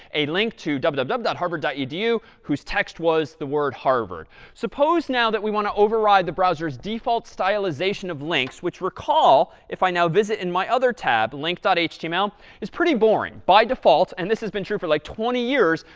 a link to www but dot harvard dot edu whose text was the word harvard. suppose now that we want to override the browser's default stylization of links which, recall, if i now visit in my other tab, link html, is pretty boring. by default, and this has been true for like twenty years,